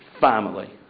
family